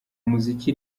muziki